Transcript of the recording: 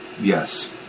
Yes